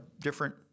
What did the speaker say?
different